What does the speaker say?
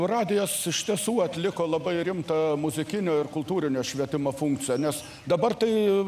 radijas iš tiesų atliko labai rimtą muzikinio ir kultūrinio švietimo funkciją nes dabar tai